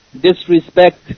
disrespect